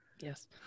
Yes